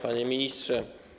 Panie Ministrze!